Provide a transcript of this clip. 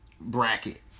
bracket